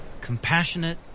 compassionate